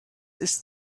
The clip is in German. ist